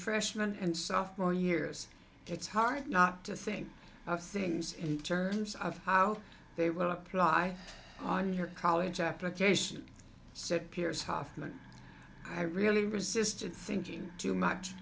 freshman and sophomore years it's hard not to think of things in terms of how they will apply on your college application said piers huffman i really resisted thinking too much